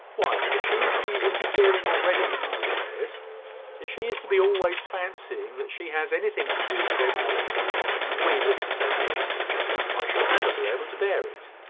why, if she is to be interfering already in our affairs if she is to be always fancying that she has anything to do with edward and we living so near i shall never be able to bear it.